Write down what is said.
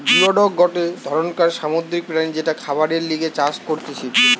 geoduck গটে ধরণকার সামুদ্রিক প্রাণী যেটা খাবারের লিগে চাষ করতিছে